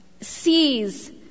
sees